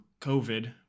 COVID